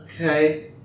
Okay